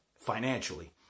financially